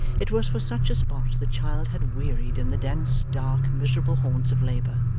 it was for such a spot the child had wearied in the dense, dark, miserable haunts of labour.